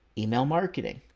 email marketing,